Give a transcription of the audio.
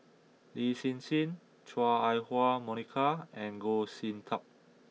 Lin Hsin Hsin Chua Ah Huwa Monica and Goh Sin Tub